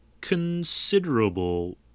considerable